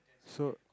so